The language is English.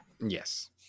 Yes